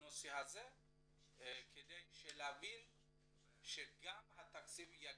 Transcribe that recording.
בנושא הזה כדי להבין שגם התקציב יגיע.